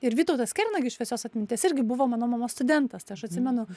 ir vytautas kernagis šviesios atminties irgi buvo mano mamos studentas tai aš atsimenu